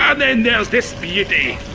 um then there's this beauty!